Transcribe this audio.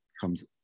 comes